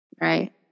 right